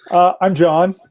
i'm jon,